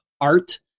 art